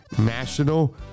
National